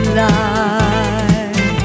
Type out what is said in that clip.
life